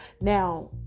Now